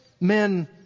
men